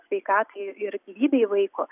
sveikatai ir ir gyvybei vaiko